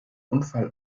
unfall